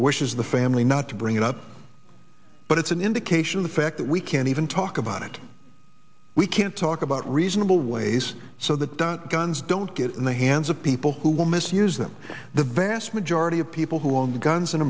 of the family not to bring it up but it's an indication of the fact that we can't even talk about it we can't talk about reasonable ways so that the guns don't get in the hands of people who will misuse them the vast majority of people who own guns in